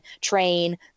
train